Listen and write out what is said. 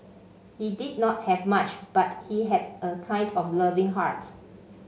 he did not have much but he had a kind and loving heart